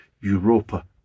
Europa